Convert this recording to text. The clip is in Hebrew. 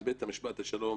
אז בית משפט השלום